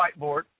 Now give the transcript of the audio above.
whiteboard